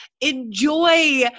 enjoy